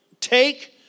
take